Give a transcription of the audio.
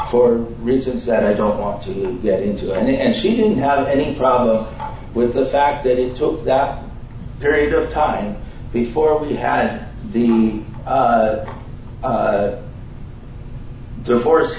for reasons that i don't want to get into and she didn't have any problem with the fact that it took that period of time before we had the the forest